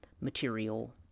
material